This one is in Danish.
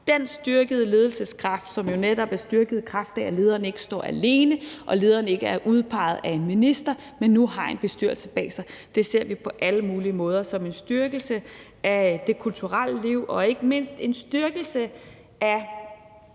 Den styrkede ledelseskraft, som netop er styrket, i kraft af at lederen ikke står alene og lederen ikke er udpeget af en minister, men nu har en bestyrelse bag sig, ser vi på alle mulige måder som en styrkelse af det kulturelle liv. Det er ikke mindst en styrkelse af